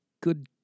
Good